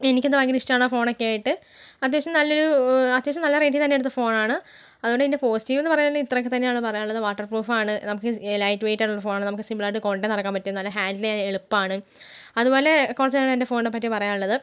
എനിക്കെന്തോ ഭയങ്കര ഇഷ്ട്ടമാണ് ആ ഫോണെക്കെ ആയിട്ട് അത്യാവശ്യം നല്ലൊരു അത്യാവശ്യം നല്ല റേറ്റിൽ തന്നെ എടുത്ത ഫോണാന്ന് അതുകൊണ്ട് ഇതിൻ്റെ പോസ്റ്റീവെന്ന് പറയുവാണെങ്കിൽ ഇത്രക്ക തന്നെയാണ് പറയാനുള്ളത് വാട്ടർ പ്രൂഫാണ് നമുക്ക് ലൈറ്റ് വൈറ്റുള്ള ഫോണാണ് നമുക്ക് സിമ്പിൾ ആയിട്ട് കൊണ്ട് നടക്കാൻ പറ്റും നല്ല ഹാൻഡില് ചെയ്യാൻ എളുപ്പാണ് അതുപോലെ കുറച്ച് എൻ്റെ ഫോണിനെ പറ്റി പറയാനുള്ളത്